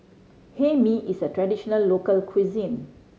Hae Mee is a traditional local cuisine